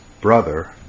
brother